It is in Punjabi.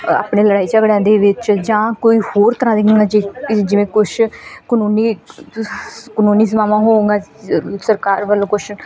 ਅ ਆਪਣੇ ਲੜਾਈ ਝਗੜਿਆ ਦੇ ਵਿੱਚ ਜਾਂ ਕੋਈ ਹੋਰ ਤਰ੍ਹਾਂ ਦੀਆਂ ਜਿ ਜਿਵੇਂ ਕੁਛ ਕਾਨੂੰਨੀ ਕਾਨੂੰਨੀ ਸੇਵਾਵਾਂ ਹੋਣ ਸਰਕਾਰ ਵੱਲੋਂ ਕੁਛ